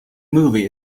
movie